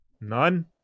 none